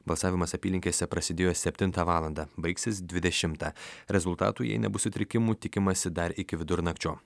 balsavimas apylinkėse prasidėjo septintą valandą baigsis dvidešimtą rezultatų jei nebus sutrikimų tikimasi dar iki vidurnakčio